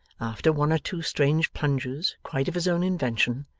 after one or two strange plunges, quite of his own invention,